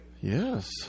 Yes